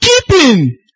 keeping